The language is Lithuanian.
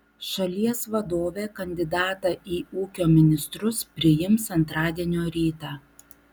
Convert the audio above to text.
šalies vadovė kandidatą į ūkio ministrus priims antradienio rytą